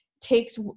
takes